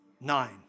nine